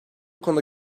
konuda